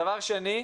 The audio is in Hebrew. הדבר השני,